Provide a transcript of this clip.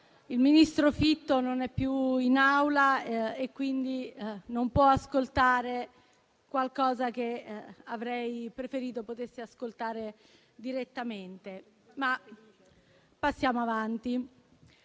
il ministro Fitto non è più in Aula e quindi non può ascoltare qualcosa che avrei preferito potesse ascoltare direttamente, ma andiamo avanti.